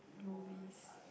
movies